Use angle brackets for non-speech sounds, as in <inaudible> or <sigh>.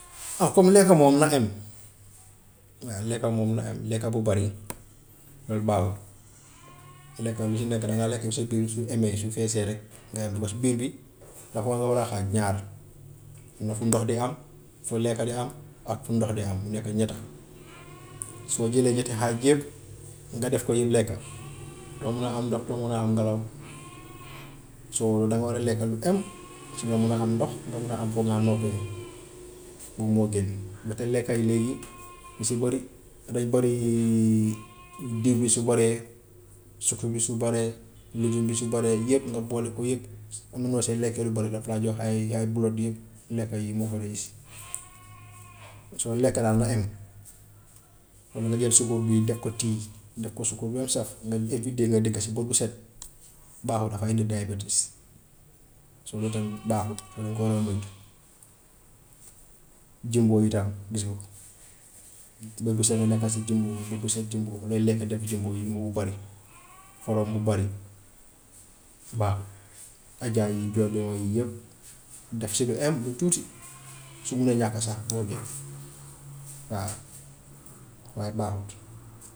<noise> ah comme lekk moom na em, waa lekk moom na em, lekk bu bëri <noise> loolu baaxut. <noise> Lekka lu si nekk dangaa lekk lu sa biir su emee su feesee rek nga bës biir bi dafa ko war a xaaj ñaar, am na fu ndox di am, fu lekka di am ak fu ndox di am mu nekk ñett. <noise> Su ma jëlee ñetti xaaj yëpp nga def ko yëpp lekk <noise> doo mun a am ndox du mun a am ngelaw. <noise> So danga war a lekk lu em <noise> si ngay mun a am ndox pour nga am fu nga nokkee <noise> boobu moo gën, ndaxte lekka yi léegi yu si bari dañ bari <hesitation> <noise> diw bi su baree, sucre bi su baree, lujum bi su baree, yëpp nga boole ko yëpp, ba munoo sax lekk lu bari daf laa jox ay ay bloat yëpp, lekk yi. <unintelligible> <noise> So lekk daal na em, mën nga jël soucoupe bi def ko tea, def ko suukar ba mu saf nga éviter nga dëkk si bët bu set, baaxut dafay indi. <unintelligible> So loolu <noise> tamit baaxut te danga ko war a moytu. <noise> Jumbo yi tam gis nga ko, <noise> bés bu set nga nekka si jumbo bét bu set jumbo looy lekk def jumbo yi mu bari, <noise> xorom mu bari, baaxut, adja yi jojo yi yëpp def si lu em lu tuuti <noise> su munee ñàkk sax moo gën <noise> waaw <noise> waaye baaxut.